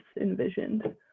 envisioned